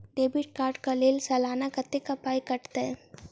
Debit card कऽ लेल सलाना कत्तेक पाई कटतै?